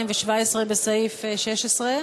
לסעיף תקציבי 16,